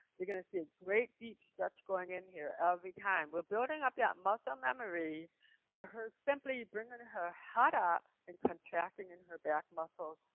you're going to see a great deep stretch going in here every time. we're building up yeah that muscle memory by her simply bringing and her head up and contracting in her back muscle,